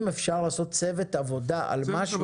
אם אפשר לעשות צוות עבודה --- כן,